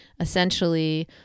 essentially